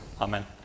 Amen